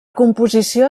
composició